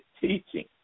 teaching